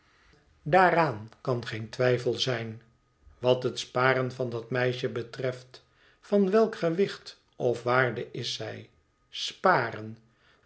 daaraan kan geen twijfel zijn wat het sparen van dat meisje betreft van welk gewicht of waardeis zij sparen